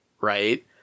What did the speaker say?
right